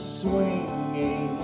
swinging